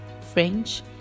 French